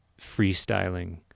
freestyling